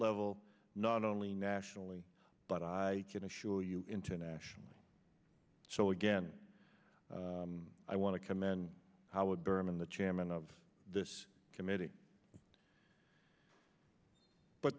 level not only nationally but i can assure you internationally so again i want to commend how would berman the chairman of this committee but